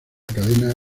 cadena